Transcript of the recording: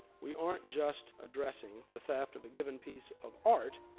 we aren't just addressing the theft of a given piece of art,